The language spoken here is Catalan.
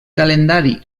calendari